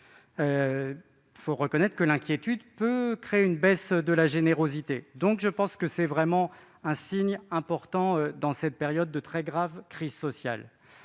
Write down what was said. il faut reconnaître que l'inquiétude peut créer une baisse de la générosité. Cette mesure est donc un signe important à donner dans cette période de très grave crise sociale.